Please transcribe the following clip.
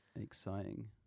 exciting